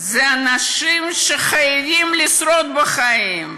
אלה אנשים שחייבים לשרוד בחיים.